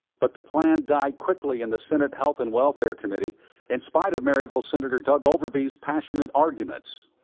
but the plan died quickly in the senate health and welfare committee in spite of maryville senator doug overby's passionate arguments.